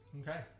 Okay